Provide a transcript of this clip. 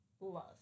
love